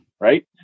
right